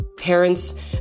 parents